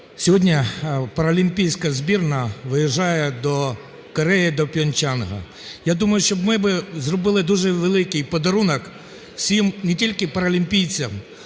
Сьогодні паралімпійська збірна виїжджає до Кореї, до Пхьончхана. Я думаю, що ми би зробили дуже великий подарунок всім, не тільки паралімпійцям,